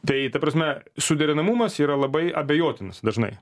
tai ta prasme suderinamumas yra labai abejotinas dažnai